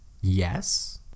yes